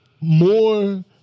more